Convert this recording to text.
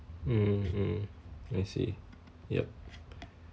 mm mm I see yup